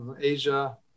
Asia